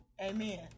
Amen